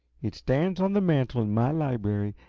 it stands on the mantel in my library,